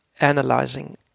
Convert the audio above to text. analyzing